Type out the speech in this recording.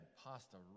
pasta